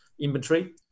inventory